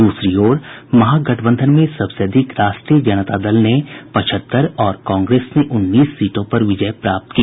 दूसरी ओर महागठबंधन में सबसे अधिक राष्ट्रीय जनता दल ने पचहत्तर और कांग्रेस ने उन्नीस सीटों पर विजय प्राप्त की